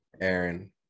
Aaron